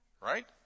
Right